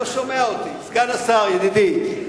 ידידי,